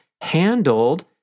handled